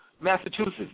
Massachusetts